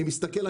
אני מסתכל,